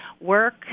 work